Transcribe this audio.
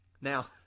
Now